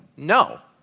no.